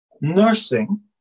nursing